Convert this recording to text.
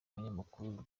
umunyamakuru